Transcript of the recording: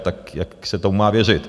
Tak jak se tomu má věřit?